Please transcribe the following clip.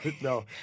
No